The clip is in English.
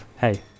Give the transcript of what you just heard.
hey